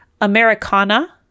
Americana